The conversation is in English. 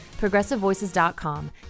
ProgressiveVoices.com